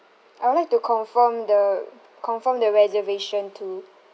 I would like to confirm the confirm the reservation too